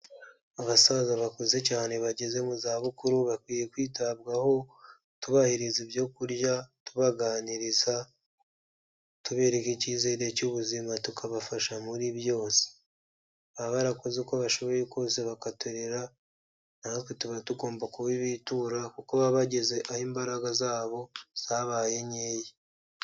Abasaza bakuze cyane bageze mu zabukuru bakwiye kwitabwaho tubahiriza ibyo kurya tubaganiriza tubereka icyizere cy'ubuzima tukabafasha muri byose baba barakoze uko bashoboye kose bakaturera natwe tuba tugomba kubibitura kuko baba bageze aho imbaraga zabo zabaye nkeya.